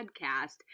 podcast